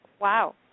Wow